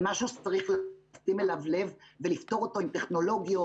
זה משהו שצריך לשים אליו לב ולפתור אותו עם טכנולוגיות,